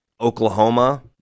oklahoma